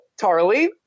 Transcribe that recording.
Tarly